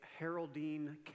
Haroldine